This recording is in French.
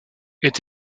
est